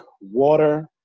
water